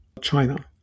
China